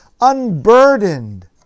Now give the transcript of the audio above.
unburdened